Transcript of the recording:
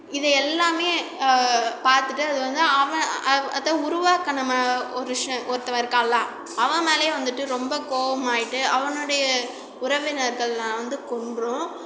இது எல்லாமே பார்த்துட்டு அது வந்து அவன் அதை உருவாக்கின ம ஒரு ஷன் ஒருத்தவன் இருக்கான்ல அவன் மேலையே வந்துவிட்டு ரொம்ப கோபமாயிட்டு அவனோடைய உறவினர்கள்லாம் வந்து கொன்ட்றும்